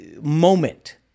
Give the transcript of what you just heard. moment